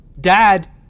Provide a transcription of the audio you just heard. Dad